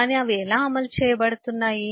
కానీ అవి ఎలా అమలు చేయబడుతున్నాయి